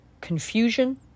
confusion